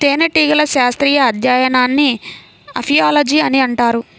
తేనెటీగల శాస్త్రీయ అధ్యయనాన్ని అపియాలజీ అని అంటారు